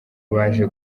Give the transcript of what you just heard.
baje